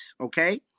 Okay